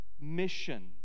mission